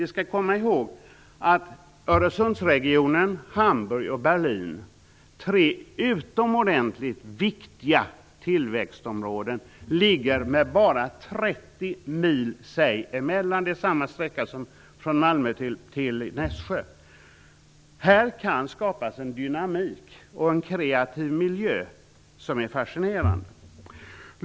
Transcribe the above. Vi skall komma ihåg att Öresundsregionen, Hamburg och Berlin - tre utomordentligt viktiga tillväxtområden - ligger bara 30 mil från varandra. Det är samma sträcka som från Malmö till Nässjö. Här kan skapas en dynamik och en kreativ miljö som är fascinerande.